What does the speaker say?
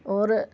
اور